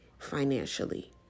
financially